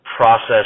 process